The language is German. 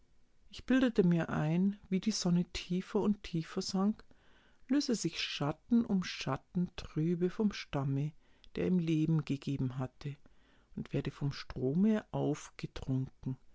ich bildete mir ein wie die sonne tiefer und tiefer sank löse sich schatten um schatten trübe vom stamme der ihm leben gegeben hatte und werde vom strome aufgetrunken